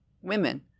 women